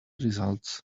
results